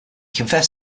confessed